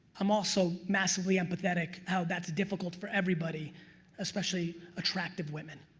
i'm also massively empathetic how that's difficult for everybody especially attractive women.